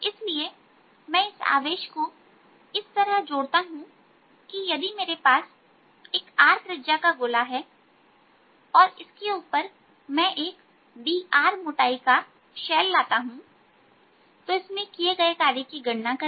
इसलिए मैं इस आवेश को इस तरह से जोड़ता हूं कि यदि मेरे पास त्रिज्या r का एक गोला है और इसके ऊपर मैं एक dr मोटाई का का शैल लाता हूं तो इसमें किए गए कार्य की गणना करें